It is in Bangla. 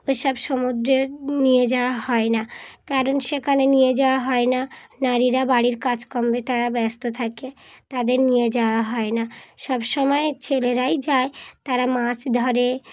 ওইসব সমুদ্রে নিয়ে যাওয়া হয় না কারণ সেখানে নিয়ে যাওয়া হয় না নারীরা বাড়ির কাজকম্মে তারা ব্যস্ত থাকে তাদের নিয়ে যাওয়া হয় না সব সমময় ছেলেরাই যায় তারা মাছ ধরে